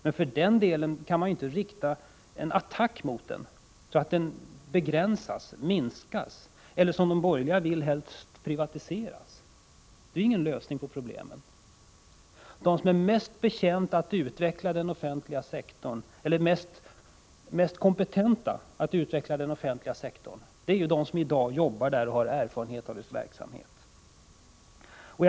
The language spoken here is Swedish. Men för den skull kan man inte rikta en attack mot den, så att den minskas eller, som de borgerliga vill, privatiseras! Det är ingen lösning på problemen. De som är mest kompetenta att utveckla den offentliga sektorn är de som i dag jobbar där och har erfarenhet av dess verksamhet.